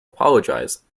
apologize